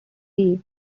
sea